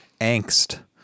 angst